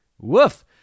Woof